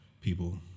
people